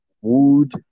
wood